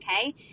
Okay